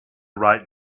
write